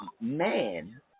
man